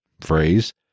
phrase